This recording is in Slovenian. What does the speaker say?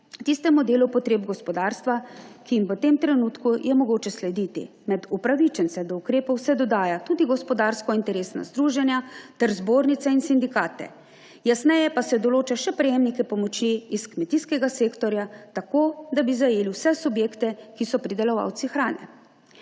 tistemu delu potreb gospodarstva, ki mu je v tem trenutku mogoče slediti. Med upravičence do ukrepov se dodajajo tudi gospodarska interesna združenja ter zbornice in sindikati, jasneje pa se določajo še prejemniki pomoči iz kmetijskega sektorja, tako da bi zajeli vse subjekte, ki so pridelovalci hrane.